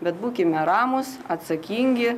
bet būkime ramūs atsakingi